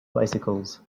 bicycles